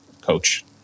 coach